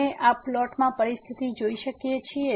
આપણે આ પ્લોટ માં પરિસ્થિતિ જોઈ શકીએ છીએ